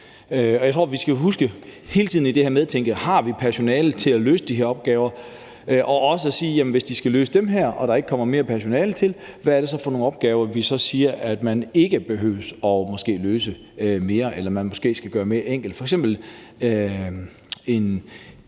Og jeg tror, at vi skal huske hele tiden i det her at medtænke, om vi har personalet til at løse de her opgaver, og også at sige, hvis de skal løse dem her og der ikke kommer mere personale til, hvad det så er for nogle opgaver, man måske ikke mere behøver at løse, eller som man måske skal gøre mere enkle. Det kan